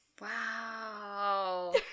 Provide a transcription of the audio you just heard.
Wow